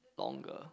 longer